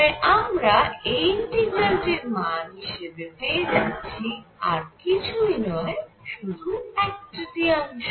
তাই আমরা এই ইন্টিগ্রালটির মান হিসেবে পেয়ে যাচ্ছি আর কিছুই নয় শুধু এক তৃতীয়াংশ